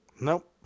Nope